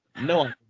No